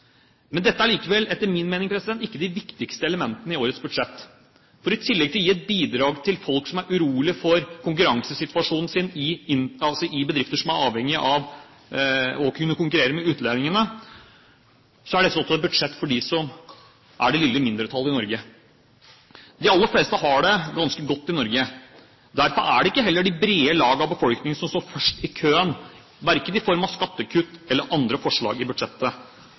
Dette er likevel etter min mening ikke de viktigste elementene i årets budsjett. I tillegg til å gi et bidrag til folk som er urolige for konkurransesituasjonen i bedrifter som er avhengig av å kunne konkurrere med utlendingene, er dette også et budsjett for dem som utgjør det lille mindretallet i Norge. De aller fleste har det ganske godt i Norge. Derfor er det heller ikke de brede lag av befolkningen som står først i køen verken når det gjelder skattekutt eller andre forslag i